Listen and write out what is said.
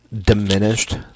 diminished